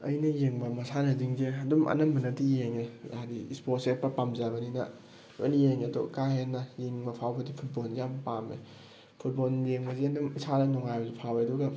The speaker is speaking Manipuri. ꯑꯩꯅ ꯌꯦꯡꯕ ꯃꯁꯥꯟꯅꯁꯤꯡꯁꯦ ꯑꯗꯨꯝ ꯑꯅꯝꯕꯅꯗꯤ ꯌꯦꯡꯉꯦ ꯍꯥꯏꯗꯤ ꯏꯁꯄꯣꯔꯠꯁꯦ ꯄꯥꯝꯖꯕꯅꯤꯅ ꯂꯣꯏꯅ ꯌꯦꯡꯉꯦ ꯑꯗꯣ ꯀꯥ ꯍꯦꯟꯅ ꯌꯦꯡꯅꯤꯡꯕ ꯐꯥꯎꯕꯗꯤ ꯐꯨꯠꯕꯣꯜꯁꯦ ꯌꯥꯝ ꯄꯥꯝꯃꯦ ꯐꯨꯠꯕꯣꯜ ꯌꯦꯡꯕꯁꯦ ꯑꯗꯨꯝ ꯏꯁꯥꯗ ꯅꯨꯡꯉꯥꯏꯕꯁꯨ ꯐꯥꯎꯋꯦ ꯑꯗꯨꯒ